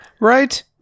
Right